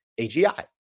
AGI